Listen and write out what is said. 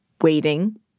waiting